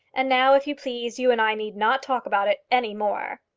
and now, if you please, you and i need not talk about it any more.